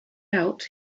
out